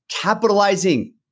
capitalizing